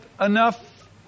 enough